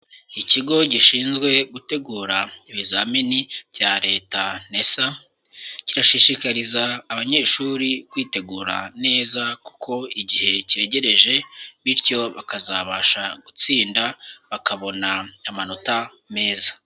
Ikigo Gishinzwe Gutegura Ibizamini bya Leta NESA, kirashishikariza abanyeshuri kwitegura neza kuko igihe cyegereje, bityo bakazabasha gutsinda bakabona amanota meza.